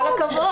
כל הכבוד.'